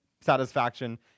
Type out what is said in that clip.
satisfaction